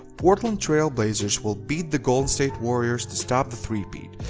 portland trail blazers will beat the golden state warriors to stop the three-peat,